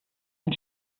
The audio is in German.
ein